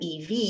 EV